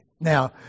Now